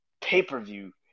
pay-per-view